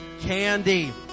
candy